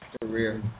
career